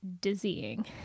dizzying